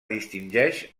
distingeix